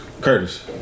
Curtis